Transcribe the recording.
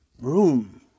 room